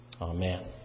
Amen